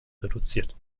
reduziert